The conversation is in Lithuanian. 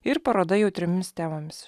ir paroda jautriomis temomis